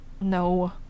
No